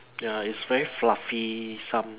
ya it's very fluffy some